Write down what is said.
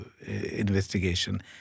investigation